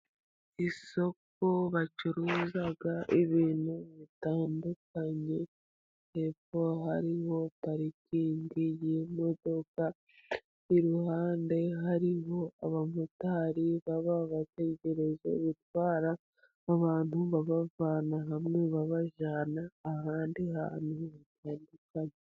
Isoko bacuruza ibintu bitandukanye, hepfo hari parikingi y'imodoka, iruhande hariho abamotari baba bategereje gutwara abantu, babavana hamwe babajyana ahandi hantu hatandukanye.